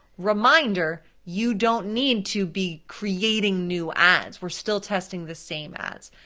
reminder, you don't need to be creating new ads, we're still testing the same ads.